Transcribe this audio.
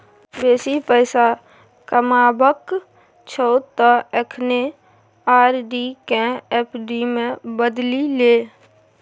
बेसी पैसा कमेबाक छौ त अखने आर.डी केँ एफ.डी मे बदलि ले